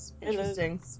interesting